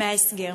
מההסגר?